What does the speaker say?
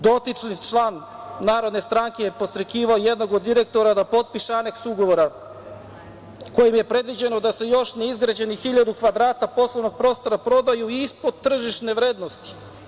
Dotični član Narodne stranke je podstrekivao jednog od direktora da potpiše aneks ugovora kojim je predviđeno da se još neizgrađenih hiljadu kvadrata poslovnog prostora prodaju ispod tržišne vrednosti.